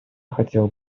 хотел